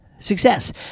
Success